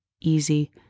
easy